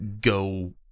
go